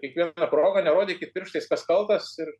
kiekvieną progą nerodykit pirštais kas kaltas ir